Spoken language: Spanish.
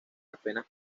apenas